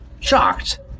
shocked